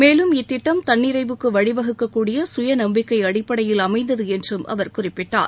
மேலும் இத்திட்டம் தன்னிறைவுக்கு வழிவகுக்கக்கூடிய சுய நம்பிக்கை அடிப்படையில் அமைந்தது என்றும் அவர் குறிப்பிட்டார்